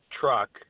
truck